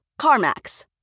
CarMax